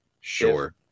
Sure